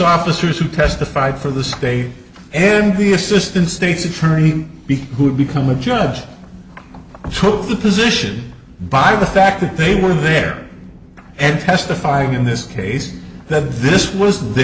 officers who testified for the state and the assistant state's attorney b who had become a judge took the position by the fact that they were there and testifying in this case that this was the